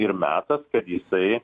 ir metas kad jisai